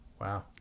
Wow